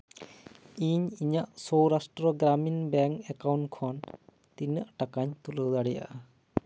ᱤᱧ ᱤᱧᱟᱹᱜ Saurashtra Gramin Bank account ᱠᱷᱚᱱ ᱛᱤᱱᱟᱹᱜ ᱴᱟᱠᱟᱧ ᱛᱩᱞᱟᱹᱣ ᱫᱟᱲᱮᱭᱟᱜᱼᱟ